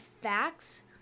facts